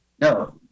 no